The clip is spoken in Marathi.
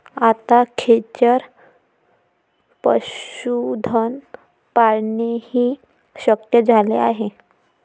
आता खेचर पशुधन पाळणेही शक्य झाले आहे